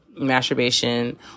masturbation